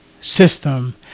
system